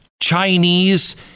Chinese